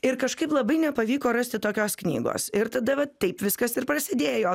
ir kažkaip labai nepavyko rasti tokios knygos ir tada va taip viskas ir prasidėjo